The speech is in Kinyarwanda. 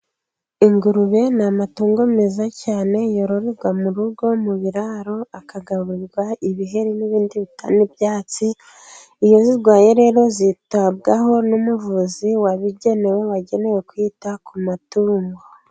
Ingurube ni amatungo meza cyane yororerwa mu rugo mu biraro, akagarurirwa ibiheri n'ibindi, nk'ibyatsi, iyo zirwaye rero zitabwaho n'umuvuzi wabigenewe, wagenewe kwita ku matungo.